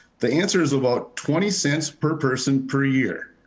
the answer is about twenty cents per person per year.